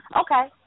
Okay